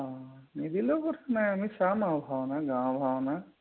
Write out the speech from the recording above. অঁ নিদিলেও কথা নাই আমি চাম আৰু ভাওনা গাঁৱৰ ভাওনা